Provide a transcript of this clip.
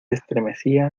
estremecía